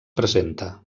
presenta